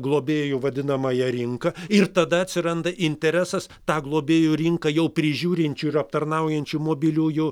globėjų vadinamąją rinką ir tada atsiranda interesas tą globėjų rinką jau prižiūrinčių ir aptarnaujančių mobiliųjų